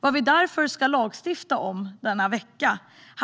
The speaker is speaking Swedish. Vad vi därför ska lagstifta om denna vecka är